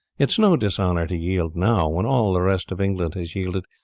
it is no dishonour to yield now when all the rest of england has yielded,